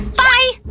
bye!